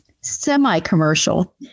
semi-commercial